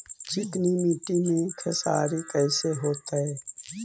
चिकनकी मट्टी मे खेसारी कैसन होतै?